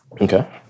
Okay